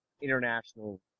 international